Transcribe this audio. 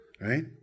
right